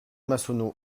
massonneau